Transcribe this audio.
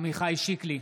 עמיחי שיקלי,